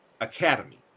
academy